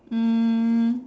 um